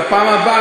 בפעם הבאה,